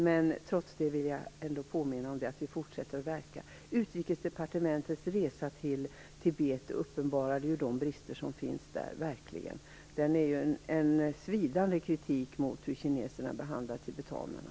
Trots det vill jag ändå påminna om förhållandena i Tibet. Utrikesdepartementets resa till Tibet uppenbarade verkligen de brister som finns där. Den föranledde ju en svidande kritik mot hur Kina behandlar tibetanerna.